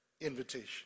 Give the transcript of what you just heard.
invitation